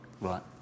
right